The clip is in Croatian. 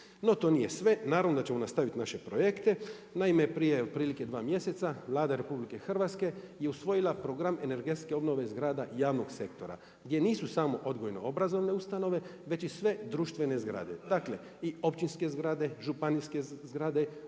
To nije sve. Naravno da ćemo nastavit naše projekte. Naime, prije otprilike dva mjeseca Vlada RH je usvojila Program energetske obnove zgrada javnog sektora gdje nisu samo odgojno-obrazovne ustanove već i sve društvene zgrade. Dakle i općinske zgrade, županijske zgrade,